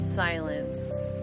silence